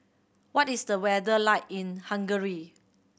what is the weather like in Hungary